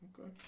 okay